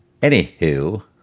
Anywho